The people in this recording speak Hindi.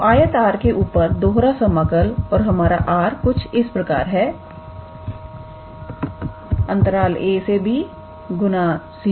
तो आयत R के ऊपर दोहरा समाकल और हमारा R कुछ इस प्रकार है 𝑎 𝑏 × 𝑐 𝑑